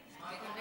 14